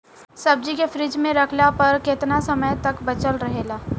सब्जी के फिज में रखला पर केतना समय तक बचल रहेला?